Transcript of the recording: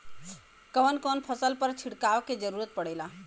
कवन कवन फसल पर छिड़काव के जरूरत पड़ेला?